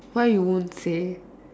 why you won't say